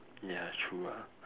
ya true ah